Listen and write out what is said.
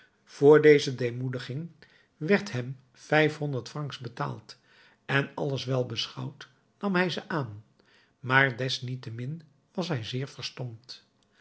voor deze deemoediging werd hem vijfhonderd francs betaald en alles wel beschouwd nam hij ze aan maar desniettemin was hij zeer verstomd